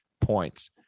points